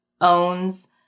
owns